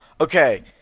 Okay